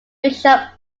bishop